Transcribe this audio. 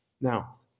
Now